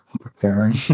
preparing